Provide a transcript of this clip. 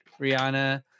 Rihanna